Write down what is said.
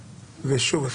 השנייה,